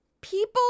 people